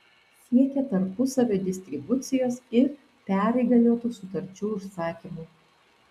siekia tarpusavio distribucijos ir perįgaliotų sutarčių užsakymų